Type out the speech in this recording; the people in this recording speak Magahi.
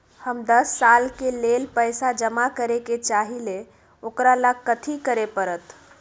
हम दस साल के लेल पैसा जमा करे के चाहईले, ओकरा ला कथि करे के परत?